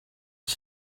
est